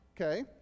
okay